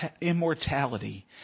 immortality